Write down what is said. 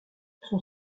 son